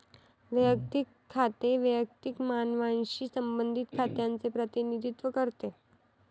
वैयक्तिक खाते वैयक्तिक मानवांशी संबंधित खात्यांचे प्रतिनिधित्व करते